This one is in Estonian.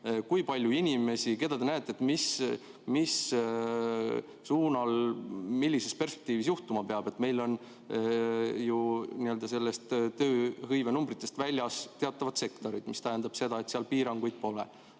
kui palju inimesi [puudu on], mis suunal, millises perspektiivis midagi juhtuma peab? Meil on ju tööhõivenumbritest väljas teatavad sektorid, mis tähendab seda, et seal piiranguid pole.